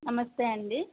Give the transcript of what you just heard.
నమస్తే అండి